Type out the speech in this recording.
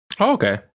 okay